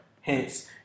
Hence